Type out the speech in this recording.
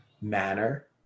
manner